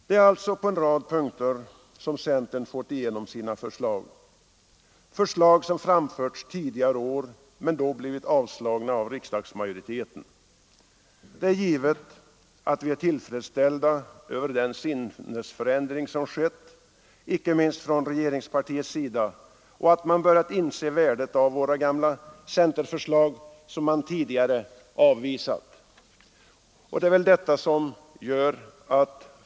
Det är alltså på en rad punkter som centern har fått igenom sina förslag — förslag som framförts tidigare år men då blivit avslagna av riksdagsmajoriteten. Det är givet att vi är tillfredsställda över den sinnesförändring som skett, inte minst från regeringspartiets sida, och över att man har börjat inse värdet av våra gamla centerförslag som man tidigare har avvisat.